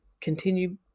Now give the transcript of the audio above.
continue